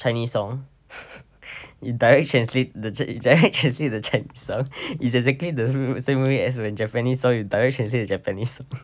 chinese song you direct translate the ch~ the chinese song it's exactly the same way as when japanese song you direct translate the japanese song